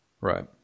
right